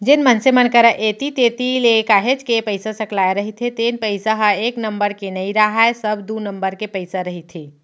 जेन मनसे मन करा ऐती तेती ले काहेच के पइसा सकलाय रहिथे तेन पइसा ह एक नंबर के नइ राहय सब दू नंबर के पइसा रहिथे